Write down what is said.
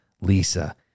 Lisa